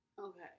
Okay